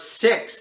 six